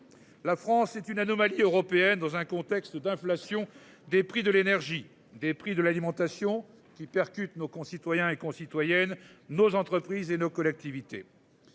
La France c'est une anomalie européenne dans un contexte d'inflation des prix de l'énergie des prix de l'alimentation qui percute nos concitoyens et concitoyennes nos entreprises et nos collectivités.